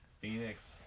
Phoenix